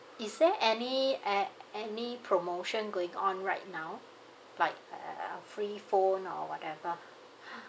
is there any uh any promotion going on right now like uh free phone or whatever